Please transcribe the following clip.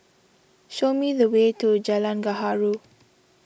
show me the way to Jalan Gaharu